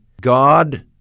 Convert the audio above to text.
God